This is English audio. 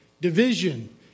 division